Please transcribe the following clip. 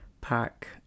Pack